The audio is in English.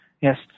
Yes